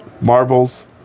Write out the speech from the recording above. marbles